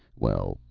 well,